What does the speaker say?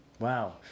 Wow